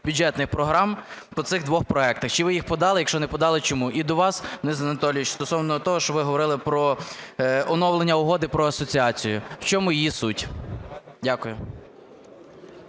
бюджетних програм по цих двох проектах. Чи ви їх подали, якщо не подали, чому. І до вас, Денис Анатолійович, стосовно того, що ви говорили про оновлення Угоди про асоціацію. В чому її суть? Дякую.